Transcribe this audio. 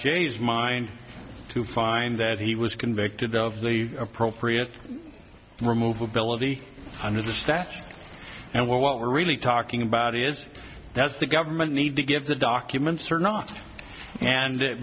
is mind to find that he was convicted of the appropriate remove ability under the statute and what we're really talking about is that's the government need to give the documents or not and